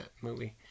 movie